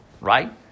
right